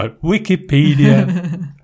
Wikipedia